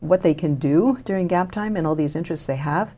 what they can do during gap time and all these interests they have